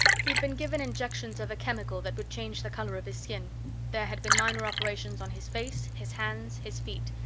he'd been given injections of a chemical that would change the color of his skin there had been minor operations on his face, his hands, his feet.